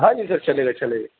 ہاں جی سر چلے گا چلے گا